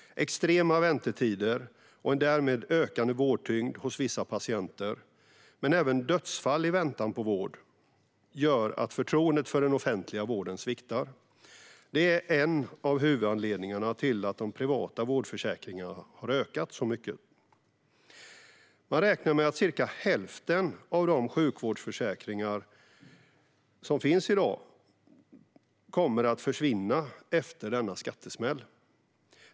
Extrema väntetider och en därmed ökande vårdtyngd hos vissa patienter men även dödsfall i väntan på vård gör att förtroendet för den offentliga vården sviktar. Det är en av huvudanledningarna till att de privata vårdförsäkringarna har ökat så mycket. Man räknar med att cirka hälften av dagens sjukvårdsförsäkringar kommer att försvinna efter denna skattesmäll.